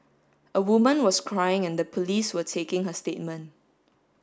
a woman was crying and the police were taking her statement